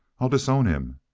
i'd disown him,